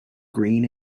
green